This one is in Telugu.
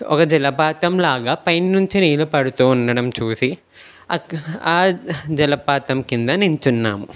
ఒక జలపాతంలాగా పైన్నుంచి నీళ్లు పడుతూ ఉండటం చూసి అక్ ఆ జలపాతం కింద నించున్నాము